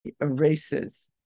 erases